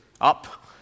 Up